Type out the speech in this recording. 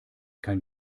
kein